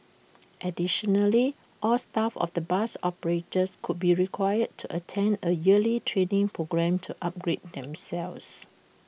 additionally all staff of the bus operators would be required to attend A yearly training programme to upgrade themselves